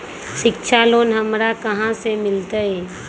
शिक्षा लोन हमरा कहाँ से मिलतै?